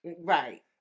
right